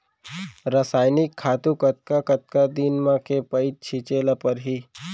रसायनिक खातू कतका कतका दिन म, के पइत छिंचे ल परहि?